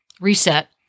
reset